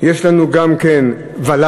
יש לנו גם כן ול"לים,